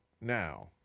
now